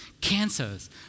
cancers